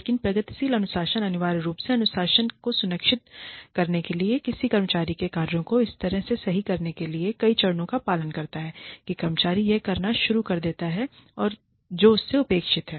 लेकिन प्रगतिशील अनुशासन अनिवार्य रूप से अनुशासन को सुनिश्चित करने के लिए या किसी कर्मचारी के कार्यों को इस तरह से सही करने के लिए कई चरणों का पालन करता है कि कर्मचारी वह करना शुरू कर देता है जो उससे अपेक्षित है